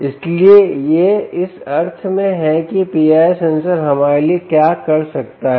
इसलिए यह इस अर्थ में है कि PIR सेंसर हमारे लिए क्या कर सकता है